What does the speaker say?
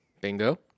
Bingo